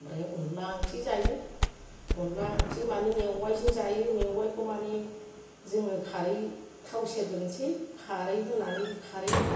ओमफ्राय अनला ओंख्रि जायो अनला ओंख्रि माने मेवाइजों जायो मेवाइखौ माने जोङों खारै थाव सेरग्रोनोसै खारै होनानै खारै